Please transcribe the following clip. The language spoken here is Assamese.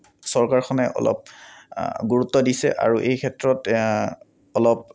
চৰকাৰখনে অলপ গুৰুত্ব দিছে আৰু এই ক্ষেত্ৰত অলপ